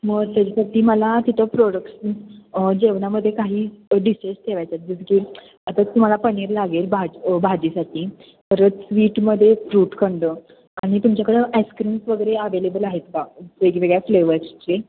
मग त्याच्यासाठी मला तिथं प्रोडक्टस जेवणामध्ये काही डिशेस ठेवायच्या आहेत जसं की आता तुम्हाला पनीर लागेल भाज भाजीसाठी तर स्वीटमध्ये फ्रूटखंड आणि तुमच्याकडं आईस्क्रीम्स वगैरे अवेलेबल आहेत का वेगवेगळ्या फ्लेवर्सचे